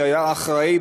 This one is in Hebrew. שהיה אחראי,